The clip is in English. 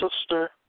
sister